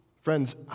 Friends